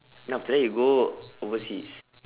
then after that you go overseas